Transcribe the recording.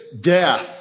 death